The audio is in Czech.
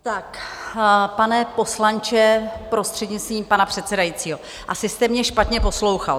Tak pane poslanče, prostřednictvím pana předsedajícího, asi jste mě špatně poslouchal.